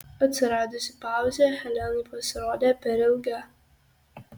atsiradusi pauzė helenai pasirodė per ilga